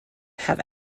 have